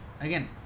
Again